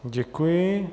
Děkuji.